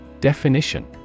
Definition